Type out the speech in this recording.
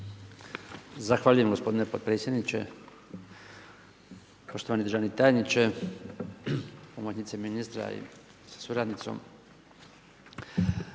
Zahvaljujem gospodine potpredsjedniče. Poštovani državni tajniče, pomoćnice ministra sa suradnicom.